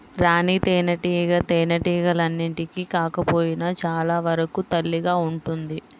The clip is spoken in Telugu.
రాణి తేనెటీగ తేనెటీగలన్నింటికి కాకపోయినా చాలా వరకు తల్లిగా ఉంటుంది